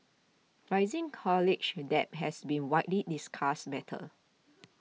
rising college and debt has been widely discussed matter